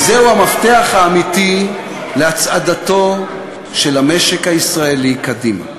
כי זהו המפתח האמיתי להצעדתו של המשק הישראלי קדימה.